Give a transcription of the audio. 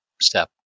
step